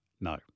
No